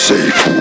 Safe